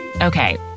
Okay